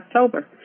October